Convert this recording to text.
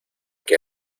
que